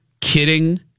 Kidding